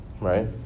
right